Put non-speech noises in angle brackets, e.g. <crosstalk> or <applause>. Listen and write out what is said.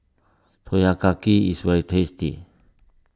<unintelligible> is very tasty